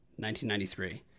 1993